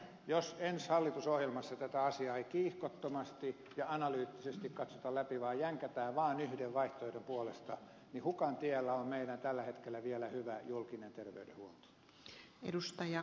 jos ensi hallitusohjelmassa tätä asiaa ei kiihkottomasti ja analyyttisesti katsota läpi vaan jänkätään vaan yhden vaihtoehdon puolesta niin hukan tiellä on meidän tällä hetkellä vielä hyvä julkinen terveydenhuoltomme